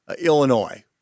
Illinois